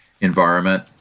environment